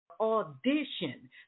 audition